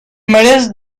mares